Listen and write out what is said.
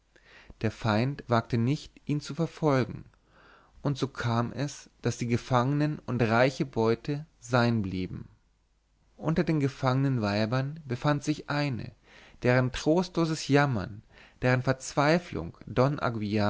der feind wagte nicht ihn zu verfolgen und so kam es daß die gefangenen und reiche beute sein blieben unter den gefangenen weibern befand sich eine deren trostloses jammern deren verzweiflung